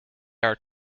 are